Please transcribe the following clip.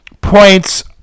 points